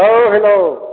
औ हेलौ